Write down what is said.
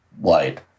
wide